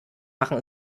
machen